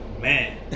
Man